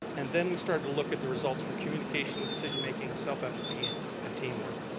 and then we started to look at the results from communication, decision making, self-efficacy and team work.